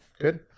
Good